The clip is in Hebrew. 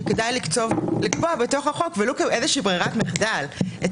שכדאי לקבוע בחוק ולא כאיזושהי ברירה מחדל את